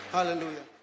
Hallelujah